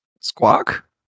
Squawk